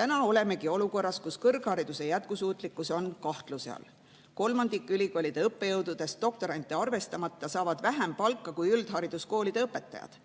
Täna olemegi olukorras, kus kõrghariduse jätkusuutlikkus on kahtluse all. Kolmandik ülikoolide õppejõududest, doktorante arvestamata, saavad vähem palka kui üldhariduskoolide õpetajad.